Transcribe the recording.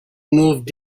moved